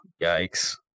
Yikes